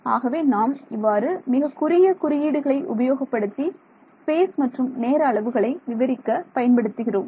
ஆகவே நாம் இவ்வாறு மிகக்குறுகிய குறியீடுகளை உபயோகப்படுத்தி ஸ்பேஸ் மற்றும் நேர அளவுகளை விவரிக்க பயன்படுத்துகிறோம்